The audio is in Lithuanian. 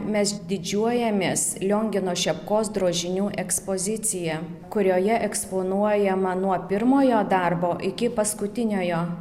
mes didžiuojamės liongino šepkos drožinių ekspozicija kurioje eksponuojama nuo pirmojo darbo iki paskutiniojo